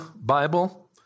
Bible